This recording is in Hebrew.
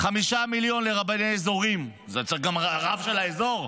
5 מיליון לרבני אזורים, צריך גם רב של האזור,